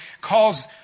calls